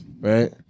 Right